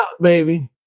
baby